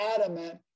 adamant